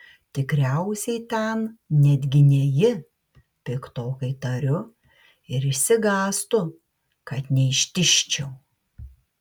tikriausiai ten netgi ne ji piktokai tariu ir išsigąstu kad neištižčiau